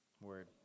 Word